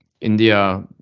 India